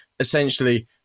essentially